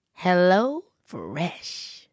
HelloFresh